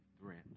threat